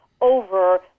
over